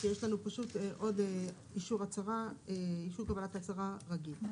יש לנו עוד אישור קבלת הצהרה רגיל.